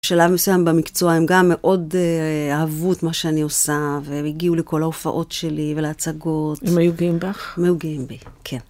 בשלב מסוים במקצוע הם גם מאוד אהבו את מה שאני עושה, והם הגיעו לכל ההופעות שלי ולהצגות. הם ביו גאים בך? הם היו גאים בי, כן.